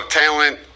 talent